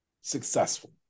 successful